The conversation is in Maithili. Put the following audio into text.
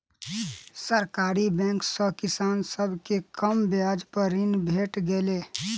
सरकारी बैंक सॅ किसान सभ के कम ब्याज पर ऋण भेट गेलै